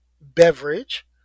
beverage